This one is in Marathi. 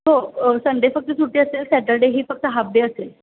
हो संडे फक्त सुटी असेल सॅटरडेही फक्त हाफ डे असेल